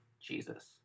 Jesus